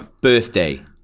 Birthday